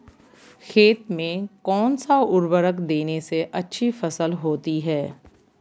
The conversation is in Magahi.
खेत में कौन सा उर्वरक देने से अच्छी फसल होती है?